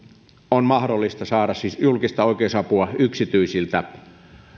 on mahdollista saada julkista oikeusapua yksityisiltä